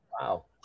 wow